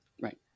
Right